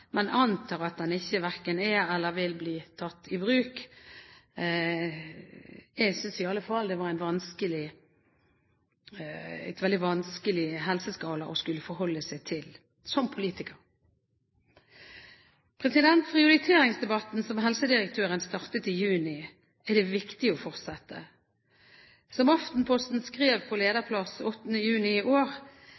antar at den verken er tatt i bruk eller vil bli tatt i bruk. Jeg synes i alle fall som politiker at det er veldig vanskelig å skulle forholde meg til en helseskala. Prioriteringsdebatten som helsedirektøren startet i juni, er det viktig å fortsette. Som Aftenposten skrev på